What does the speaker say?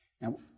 Now